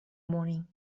morning